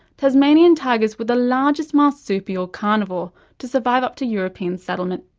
tasmanian tigers were the largest marsupial carnivore to survive up to european settlement.